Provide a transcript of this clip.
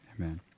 amen